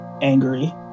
angry